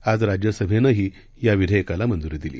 आज राज्यसभेनंही या विधेयकाला मंजूरी दिली